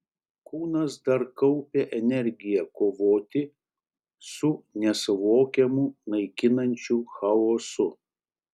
kūnas dar kaupė energiją kovoti su nesuvokiamu naikinančiu chaosu